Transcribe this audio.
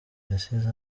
yasize